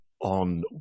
on